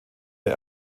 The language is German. der